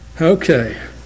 Okay